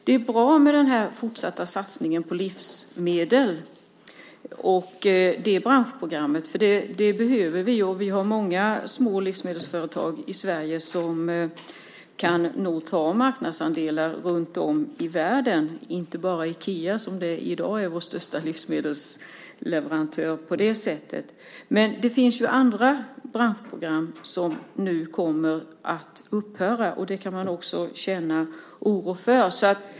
Det är bra med den fortsatta satsningen på branschprogrammet för livsmedel. Det behöver vi. Det finns små livsmedelsföretag i Sverige som kan ta marknadsandelar runtom i världen. Det gäller inte bara Ikea, som i dag är vår största livsmedelsleverantör. Men det finns andra branschprogram som nu kommer att upphöra, och det kan man också känna oro för.